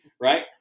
right